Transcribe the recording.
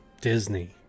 Disney